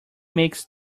makes